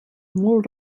molt